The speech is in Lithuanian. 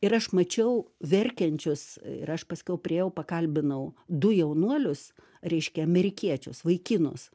ir aš mačiau verkiančius ir aš paskiau priėjau pakalbinau du jaunuolius reiškia amerikiečius vaikinus